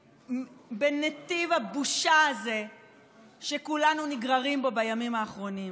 בנתיב הבושה הזה שכולנו נגררים בו בימים האחרונים.